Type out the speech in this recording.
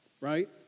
Right